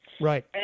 Right